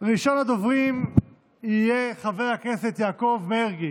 ראשון הדוברים יהיה חבר הכנסת יעקב מרגי,